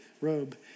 robe